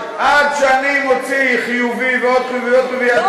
עד שאני מוציא "חיובי" ועוד "חיובי" ועוד "חיובי",